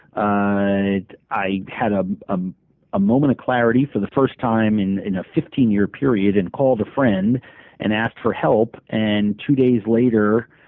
i i had ah um a moment of clarity for the first time in in a fifteen year period and called a friend and asked for help. and two days later,